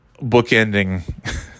bookending